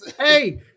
Hey